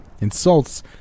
Insults